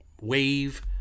wave